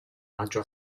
maggio